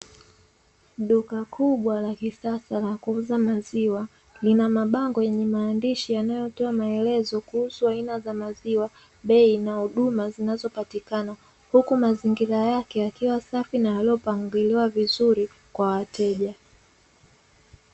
Duka kubwa la kisasa la kuuza maziwa. Lina mabango yenye maandishi yanayotoa maelezo kuhusu aina za maziwa, bei na huduma zinazopatikana. Huku mazingira yake yakiwa safi na yaliyopangiliwa vizuri kwa wateja.